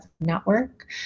network